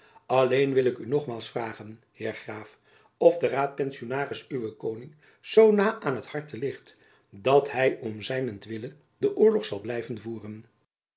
alleen wil ik u nogmaals vragen heer graaf of de raadpensionaris uwen koning zoo na aan t harte ligt dat hy om zijnent wille den oorlog zal blijven voeren